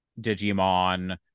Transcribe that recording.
Digimon